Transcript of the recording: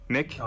Nick